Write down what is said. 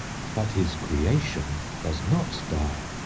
but his crea tion does not die.